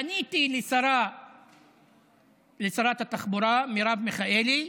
פניתי לשרת התחבורה מרב מיכאלי,